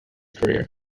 career